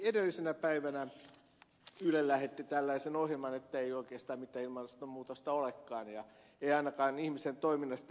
edellisenä päivänä yle lähetti tällaisen ohjelman että ei oikeastaan mitään ilmastonmuutosta olekaan ei ainakaan ihmisen toiminnasta johtuvaa